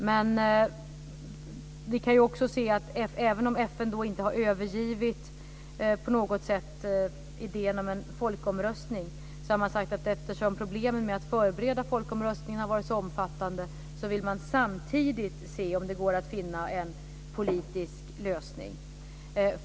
Men vi kan också notera att även om FN inte på något sätt har övergivit idén om en folkomröstning har man sagt att man, eftersom problemen med att förbereda folkomröstningen har varit så omfattande, samtidigt vill se om det går att finna en politisk lösning.